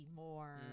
more